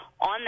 on